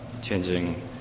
changing